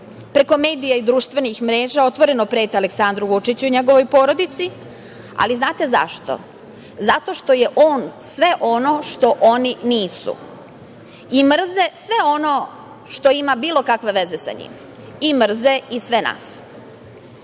Preko medija i društvenih mreža otvoreno prete Aleksandru Vučiću i njegovoj porodici, ali znate zašto? Zato što je on sve ono što oni nisu i mrze sve ono što ima bilo kakve veze sa njim i mrze i sve